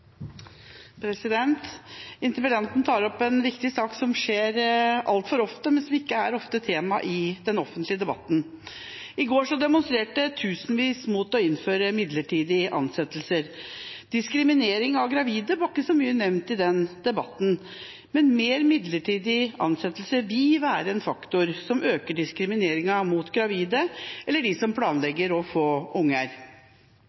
den offentlige debatten. I går demonstrerte tusenvis mot å innføre flere midlertidige ansettelser. Diskriminering av gravide var ikke så mye nevnt i den debatten, men flere midlertidige ansettelser vil være en faktor som øker diskrimineringen av gravide eller av dem som planlegger å få